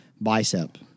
bicep